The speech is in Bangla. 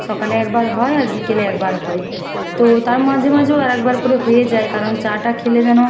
সকালে একবার হয় আর বিকেলে একবার হয় তো তার মাঝেমাঝেও আর একবার করে হয়ে যায় কারণ চাটা খেলে যেন